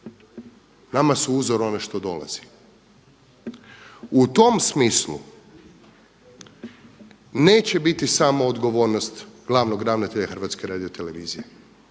nama su uzor ono što dolazi. U tom smislu neće biti samo odgovornost glavnog ravnatelja HRT-a, bit će